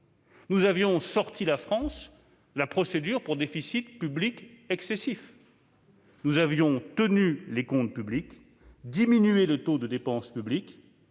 Nous avions sorti la France de la procédure de déficit excessif. Nous avons tenu les comptes publics, diminué le taux de dépenses publiques